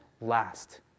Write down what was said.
last